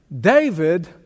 David